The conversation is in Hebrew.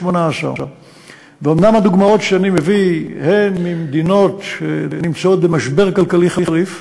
18%. אומנם הדוגמאות שאני מביא הן ממדינות שנמצאות במשבר כלכלי חריף,